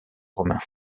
romain